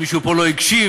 מישהו פה לא הקשיב,